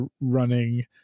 running